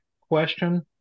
question